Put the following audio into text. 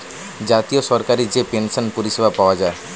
জাতীয় সরকারি যে পেনসন পরিষেবা পায়া যায়